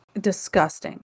disgusting